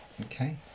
okay